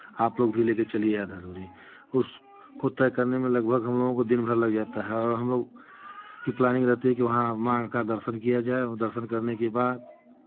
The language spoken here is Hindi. आप लोग भी ले के चलिए आधा दूरी उसको तय करने में लगभग हमलोगों का दिन भर लग जाता है और हमलोग की प्लानिंग रहती है कि वहाँ माँ का दर्शन किया जाए और दर्शन करने के बाद